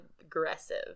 aggressive